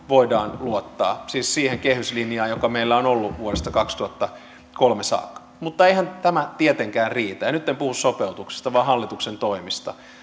voidaan luottaa siis siihen kehyslinjaan joka meillä on ollut vuodesta kaksituhattakolme saakka mutta eihän tämä tietenkään riitä ja nyt en puhu sopeutuksista vaan hallituksen toimista